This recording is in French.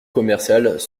commerciales